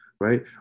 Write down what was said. right